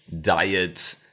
diet